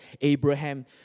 Abraham